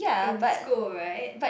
in school right